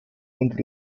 und